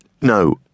No